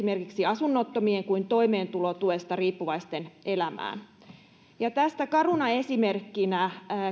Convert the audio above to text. asunnottomien kuin toimeentulotuesta riippuvaisten elämään tästä karuna esimerkkinä